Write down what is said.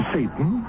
Satan